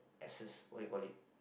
access~ what you call it